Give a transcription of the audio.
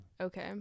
Okay